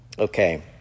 Okay